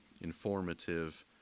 informative